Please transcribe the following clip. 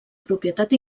propietat